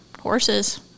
horses